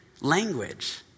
language